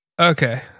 Okay